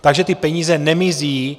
Takže ty peníze nemizí.